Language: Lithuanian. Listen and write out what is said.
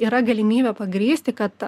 yra galimybė pagrįsti kad